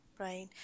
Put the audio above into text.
Right